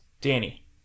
Danny